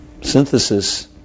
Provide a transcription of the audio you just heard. synthesis